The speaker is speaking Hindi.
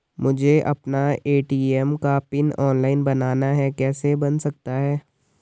मुझे अपना ए.टी.एम का पिन ऑनलाइन बनाना है कैसे बन सकता है?